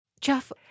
Jeff